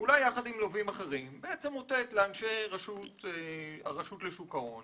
- אולי יחד עם לווים אחרים - רוצה לתת לאנשי רשות שוק ההון